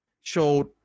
showed